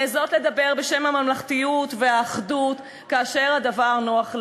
מעזות לדבר בשם הממלכתיות והאחדות כאשר הדבר נוח להן.